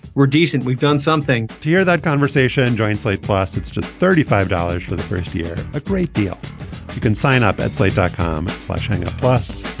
we're decent. we've done something here that conversation and jointly. plus it's just thirty five dollars for the first year. a great deal. you can sign up at slate dot com, flushing a plus.